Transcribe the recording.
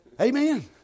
Amen